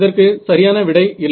இதற்கு சரியான விடை இல்லை